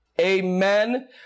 amen